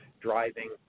driving